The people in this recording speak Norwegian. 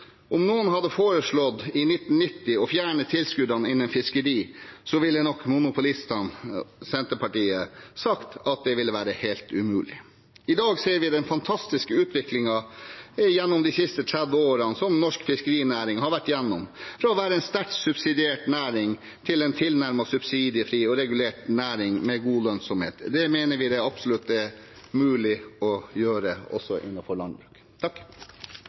Om noen i 1990 hadde foreslått å fjerne tilskuddene innen fiskeri, ville nok monopolistene – Senterpartiet – sagt at det ville vært helt umulig. I dag ser vi den fantastiske utviklingen norsk fiskerinæring har vært igjennom de siste 30 årene – fra å være en sterkt subsidiert næring til en tilnærmet subsidiefri og regulert næring med god lønnsomhet. Det mener vi det absolutt er mulig å gjøre også